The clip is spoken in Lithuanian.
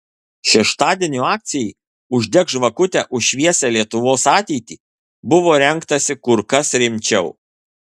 šeštadienio akcijai uždek žvakutę už šviesią lietuvos ateitį buvo rengtasi kur kas rimčiau